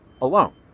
alone